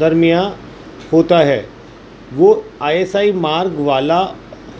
درمیاں ہوتا ہے وہ آئی ایس آئی مارک والا